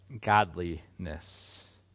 godliness